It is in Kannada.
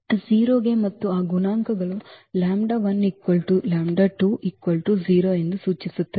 0 ಗೆ ಮತ್ತು ಆ ಗುಣಾಂಕಗಳು ಎಂದು ಸೂಚಿಸುತ್ತದೆ